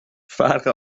فرق